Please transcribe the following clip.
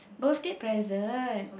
birthday present